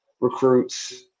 recruits